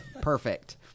Perfect